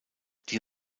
die